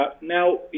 Now